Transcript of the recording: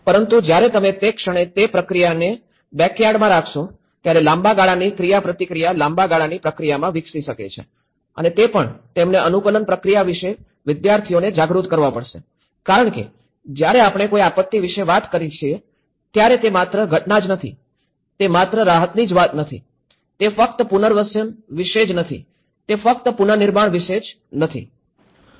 પરંતુ જ્યારે તમે તે ક્ષણે તે પ્રક્રિયાને બેકયાર્ડમાં રાખશો ત્યારે લાંબા ગાળાની ક્રિયાપ્રતિક્રિયા લાંબા ગાળાની પ્રક્રિયામાં વિકસી શકે છે અને તે પણ તેમણે અનુકૂલન પ્રક્રિયા વિશે વિદ્યાર્થીઓને જાગૃત કરવા પડશે કારણ કે જ્યારે આપણે કોઈ આપત્તિ વિશે વાત કરીએ છીએ ત્યારે તે માત્ર ઘટના જ નથી તે માત્ર રાહતની જ વાત નથી તે ફક્ત પુનર્વસન વિશે જ નથી તે ફક્ત પુનર્નિર્માણ વિશે જ નથી